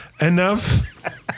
enough